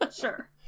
Sure